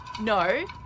No